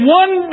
one